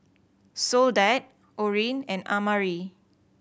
Soledad Orene and Amari